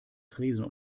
tresen